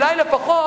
אולי לפחות,